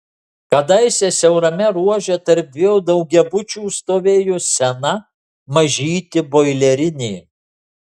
kadaise siaurame ruože tarp dviejų daugiabučių stovėjo sena mažytė boilerinė